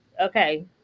okay